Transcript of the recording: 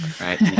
right